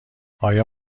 آیا